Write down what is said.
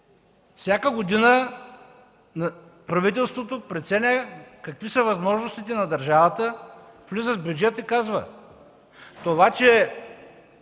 Всяка година правителството преценява какви са възможностите на държавата, влиза с бюджета и казва. Това, че